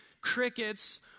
Crickets